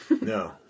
No